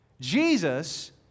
Jesus